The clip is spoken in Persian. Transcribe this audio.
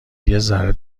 یکذره